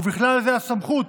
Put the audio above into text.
ובכלל זה הסמכות